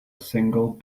single